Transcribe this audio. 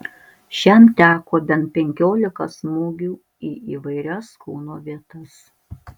šiam teko bent penkiolika smūgių į įvairias kūno vietas